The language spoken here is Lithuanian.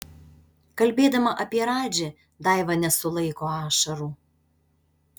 kalbėdama apie radži daiva nesulaiko ašarų